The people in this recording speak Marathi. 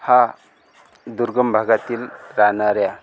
हा दुर्गम भागातील राहणाऱ्या